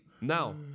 now